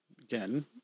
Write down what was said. again